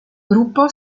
gruppo